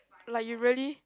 like you really